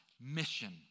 mission